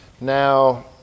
Now